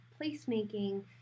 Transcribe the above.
place-making